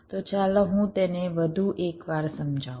તો ચાલો હું તેને વધુ એક વાર સમજાવું